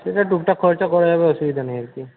সেটা টুকটাক খরচা করা যাবে অসুবিধা নেই আর কি